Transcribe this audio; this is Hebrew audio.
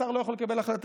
השר לא יכול לקבל החלטה.